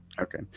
Okay